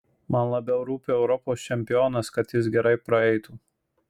man labiau rūpi europos čempionas kad jis gerai praeitų